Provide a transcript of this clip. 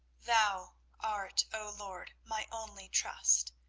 thou art, o lord, my only trust,